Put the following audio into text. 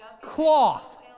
Cloth